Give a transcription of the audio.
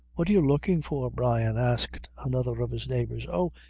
what are you looking for, brian? asked another of his neighbors. oh,